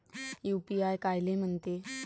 UPI कायले म्हनते?